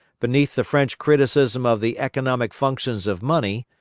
beneath the french criticism of the economic functions of money,